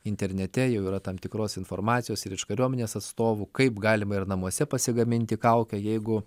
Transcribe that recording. internete jau yra tam tikros informacijos ir iš kariuomenės atstovų kaip galima ir namuose pasigaminti kaukę jeigu